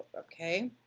okay,